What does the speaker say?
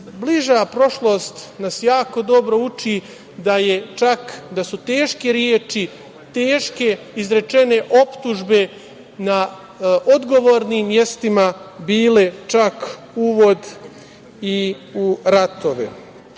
bliža prošlost nas jako dobro uči da su teške reči teške izrečene optužbe na odgovornim mestima bile čak uvod i u ratove.